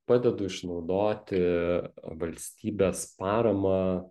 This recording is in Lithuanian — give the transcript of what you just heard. padedu išnaudoti valstybės paramą